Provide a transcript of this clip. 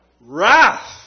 wrath